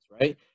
right